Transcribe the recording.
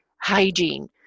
hygiene